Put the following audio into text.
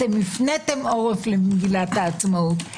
הפניתם עורף למגילת העצמאות.